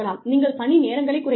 நீங்கள் பணி நேரங்களைக் குறைக்கலாம்